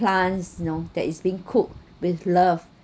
plants you know that is being cooked with love